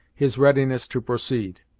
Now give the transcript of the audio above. his readiness to proceed.